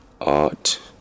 art